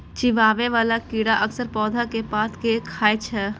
चिबाबै बला कीड़ा अक्सर पौधा के पात कें खाय छै